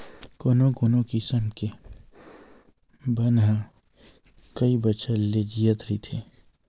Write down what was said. कोनो कोनो किसम के बन ह कइ बछर ले जियत रहिथे